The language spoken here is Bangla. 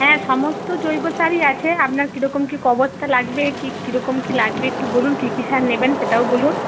হ্যাঁ সমস্ত জৈব সারই আছে আপনার কীরকম কি ক বস্তা লাগবে কি কীরকম কী লাগবে একটু বলুন কি কি সার নেবেন সেটাও বলুন